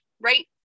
right